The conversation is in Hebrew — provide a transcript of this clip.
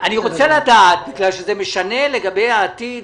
בגלל שזה משנה לגבי העתיד,